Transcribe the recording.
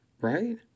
right